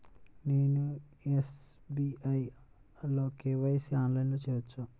నేను ఎస్.బీ.ఐ లో కే.వై.సి ఆన్లైన్లో చేయవచ్చా?